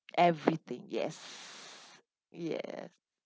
everything yes yes